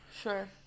Sure